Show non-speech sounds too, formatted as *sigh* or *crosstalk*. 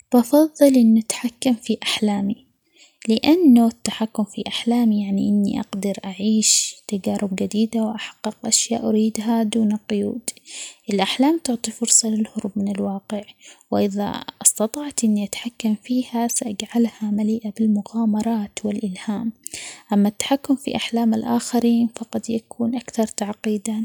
بفظل إنه أتحكم في أحلامي؛ لأنه التحكم في أحلامي يعني إني أقدر أعيش تجارب جديدة ،وأحقق أشياء أريدها دون قيود، الأحلام تعطي فرصة للهروب من الواقع، وإذا *hesitation* استطعت إني أتحكم فيها سأجعلها مليئة بالمغامرات ،والإلهام، أما التحكم في أحلام الآخرين فقد يكون أكثر تعقيدًا.